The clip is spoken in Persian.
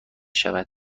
شود